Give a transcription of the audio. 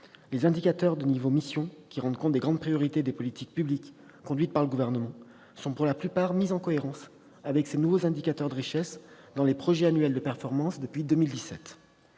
les indicateurs de niveau mission, qui rendent compte des grandes priorités des politiques publiques conduites par le Gouvernement, sont, pour la plupart, mis en cohérence avec ces nouveaux indicateurs de richesse dans les projets annuels de performance depuis 2017.